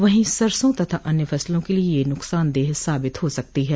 वहीं सरसों तथा अन्य फसलों के लिये यह नुकसानदेय साबित हो सकती है